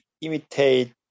imitate